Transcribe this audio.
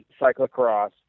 cyclocross